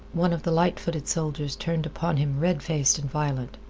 one of the light-footed soldiers turned upon him red-faced and violent.